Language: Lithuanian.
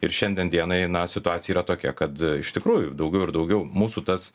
ir šiandien dienai na situacija yra tokia kad iš tikrųjų daugiau ir daugiau mūsų tas